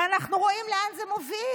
ואנחנו רואים לאן זה מוביל,